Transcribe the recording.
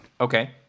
okay